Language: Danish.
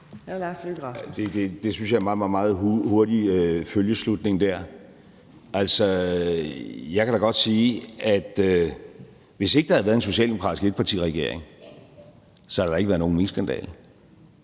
Det synes jeg var en meget hurtig følgeslutning. Jeg kan da godt sige, at hvis ikke der havde været en socialdemokratisk etpartisregering, havde der ikke være nogen minkskandale.